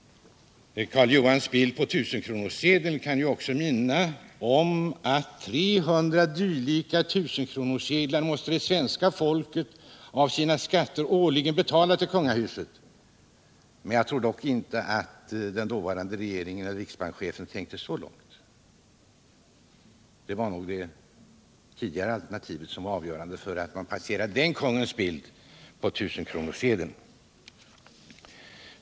Karl Johans bild på tusenkronorssedeln kan ju också minna om att 300 dylika tusenkronorssedlar måste det svenska folket årligen betala till kungahuset. Men jag tror inte att den dåvarande regeringen och riksbankschefen tänkte så långt. Det var nog det tidigare alternativet som var avgörande för att man placerade den kungens bild på tusenkronorssedeln.